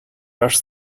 rush